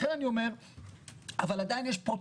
אבל עדיין אבל עדיין יש פרוצדורות.